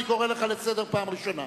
אני קורא לך לסדר פעם ראשונה.